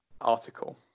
article